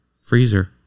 freezer